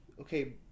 okay